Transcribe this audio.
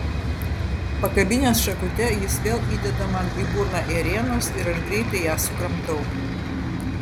pakabinęs šakute jis vėl įdeda man į burną ėrienos ir aš greitai ją sukramtau